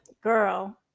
Girl